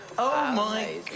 oh, my